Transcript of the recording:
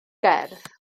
gerdd